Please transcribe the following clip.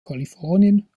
kalifornien